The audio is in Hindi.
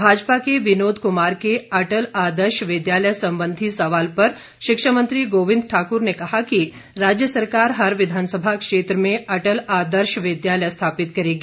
भाजपा के विनोद कुमार के अटल आदर्श विद्यालय संबंधी सवाल पर शिक्षा मंत्री गोविंद ठाक्र ने कहा कि राज्य सरकार हर विधानसभा क्षेत्र में अटल आदर्श विद्यालय स्थापित करेगी